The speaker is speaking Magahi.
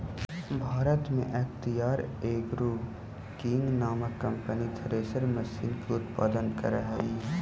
भारत में अख्तियार एग्रो किंग नामक कम्पनी थ्रेसर मशीन के उत्पादन करऽ हई